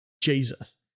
Jesus